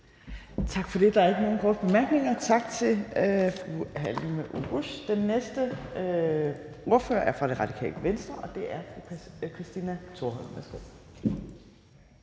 Tak for det, der er ikke nogen korte bemærkninger. Tak til fru Halime Oguz. Den næste ordfører er fra Radikale Venstre, og det er fru Christina Thorholm. Værsgo.